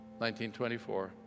1924